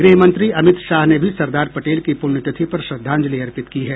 गृहमंत्री अमित शाह ने भी सरदार पटेल की पुण्यतिथि पर श्रद्धांजलि अर्पित की है